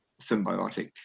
symbiotic